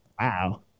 Wow